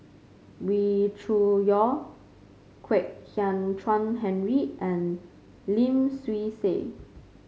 Wee Cho Yaw Kwek Hian Chuan Henry and Lim Swee Say